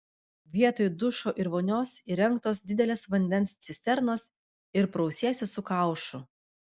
vietoj dušo ir vonios įrengtos didelės vandens cisternos ir prausiesi su kaušu